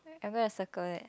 I'm gonna circle it